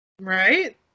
Right